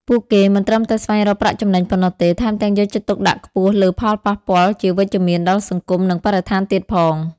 ពួកគេមិនត្រឹមតែស្វែងរកប្រាក់ចំណេញប៉ុណ្ណោះទេ ថែមទាំងយកចិត្តទុកដាក់ខ្ពស់លើផលប៉ះពាល់ជាវិជ្ជមានដល់សង្គម និងបរិស្ថានទៀតផង ។